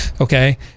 okay